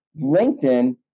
LinkedIn